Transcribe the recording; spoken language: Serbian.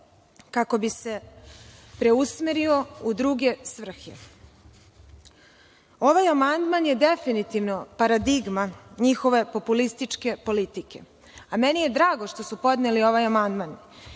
kako bi se preusmerio u druge svrhe. Ovaj amandman je definitivno paradigma njihove populističke politike, a meni je drago što su podneli ovaj amandman